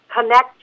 connect